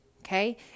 okay